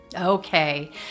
Okay